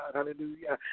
Hallelujah